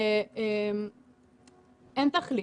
ואין תחליף.